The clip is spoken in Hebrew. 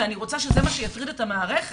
ואני רוצה שזה מה שיטריד את המערכת,